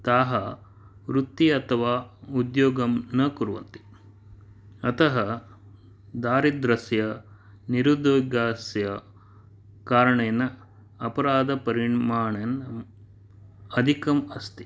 ताः वृत्ति अथवा उद्योगं न कुर्वन्ति अतः दारिद्रस्य निरुद्योगस्य कारणेन अपराधपरिमाणम् अधिकम् अस्ति